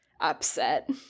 upset